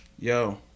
yo